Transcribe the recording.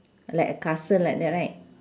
like a castle like that right